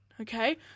okay